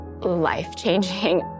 life-changing